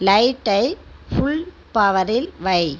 லைட்டை ஃபுல் பவரில் வை